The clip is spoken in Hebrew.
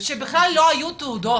שבכלל לא היו תעודות.